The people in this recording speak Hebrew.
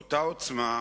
באותה עוצמה,